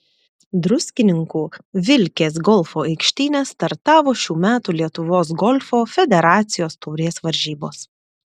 druskininkų vilkės golfo aikštyne startavo šių metų lietuvos golfo federacijos taurės varžybos